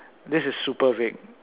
this is super vague